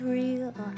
real